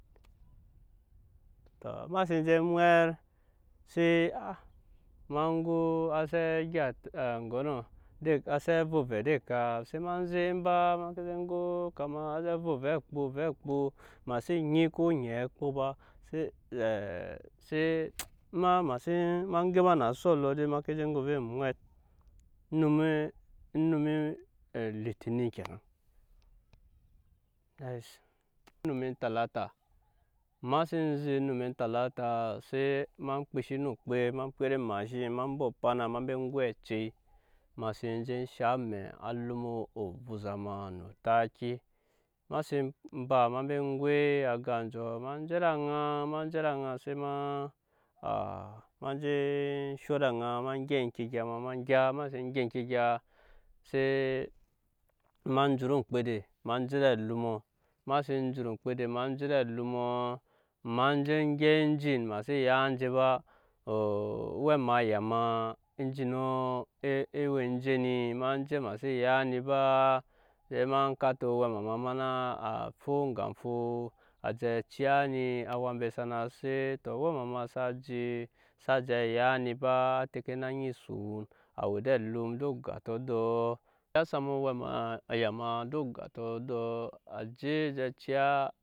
Ema sen je mwɛt sai ma go á gya oŋgɔnɔ á zɛ vɛ ovɛ ed'eka se ma zek ba ma zɛ go kama á zɛ vɛ ovɛ akpo ovɛ akpo ma xsen nyi ko oŋɛ kpo ba ema gema na asu alɔ die ma ke je go ovɛ emwɛt onume onume olitini kenan onume talata ema sen zit onum otalata se kpishi no okpe ma pyet emashin ma ba opana ma ba goi acei ma seen je shaŋ amɛ alum ovuza ma no taki ema sen ba ema ba goi aga anjɔ ma je ed'aŋa ma je ed'aŋa se ma ma je sho ed'aŋa ma gyɛp eŋke egya ma gya ema seen gya eŋke egya se ema jut oŋmkpede ma je ed'alumɔ ma sen jut oŋmkpede ma je ed'alumɔ ma gyɛp engine ma xsen ya enje ba oo owɛma aya ma enginɔ e we enje ni ma je ma xsen ya ni ba se ma kante owɛma ma em na a fo ega fo a je ciya ni awa mbe sana set tɔ owɛma ma saa je xsa je ya ni ba a tɛke na eni son a we ed'alum ed'ogatɔ edɔɔ.